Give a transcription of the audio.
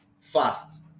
fast